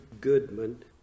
Goodman